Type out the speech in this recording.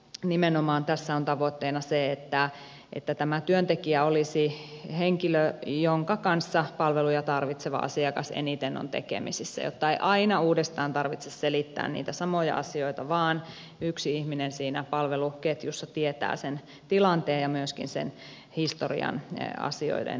nimenomaan tässä on tavoitteena se että tämä työntekijä olisi henkilö jonka kanssa palveluja tarvitseva asiakas eniten on tekemisissä jotta ei aina uudestaan tarvitse selittää niitä samoja asioita vaan yksi ihminen siinä palveluketjussa tietää sen tilanteen ja myöskin sen historian asioiden osalta